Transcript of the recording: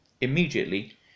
immediately